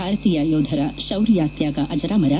ಭಾರತೀಯ ಯೋಧರ ಶೌರ್ಯ ತ್ಯಾಗ ಅಜರಾಮರ